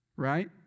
Right